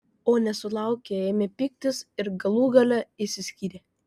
o nesusilaukę ėmė pyktis ir galų gale išsiskyrė